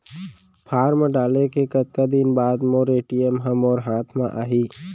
Form डाले के कतका दिन बाद मोर ए.टी.एम ह मोर हाथ म आही?